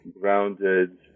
grounded